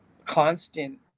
constant